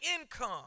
income